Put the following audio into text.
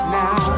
now